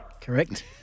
Correct